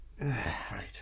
Right